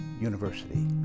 University